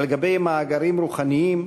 על גבי מאגרים רוחניים,